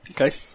Okay